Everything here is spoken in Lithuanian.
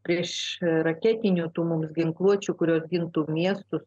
prieš raketinių tu mums ginkluočių kurios gintų miestus